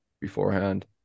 beforehand